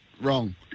wrong